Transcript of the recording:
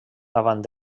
davant